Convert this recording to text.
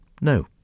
No